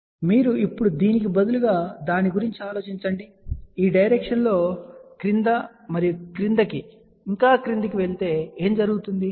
కాబట్టి మీరు ఇప్పుడు దీనికి బదులుగా దాని గురించి ఆలోచించండి నేను ఈ డైరెక్షన్ లో క్రింద మరియు క్రిందికి క్రింద వెళ్తే ఏం జరుగుతుంది